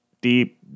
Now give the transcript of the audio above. deep